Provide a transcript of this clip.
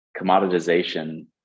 commoditization